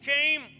came